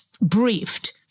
briefed